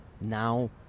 now